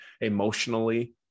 emotionally